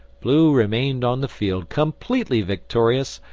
blue remained on the field, completely victorious,